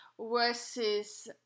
versus